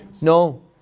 No